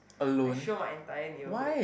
I show my entire neighborhood